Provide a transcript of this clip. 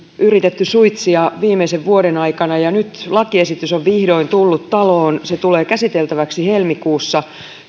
yritetty suitsia viimeisen vuoden aikana ja nyt lakiesitys on vihdoin tullut taloon se tulee käsiteltäväksi helmikuussa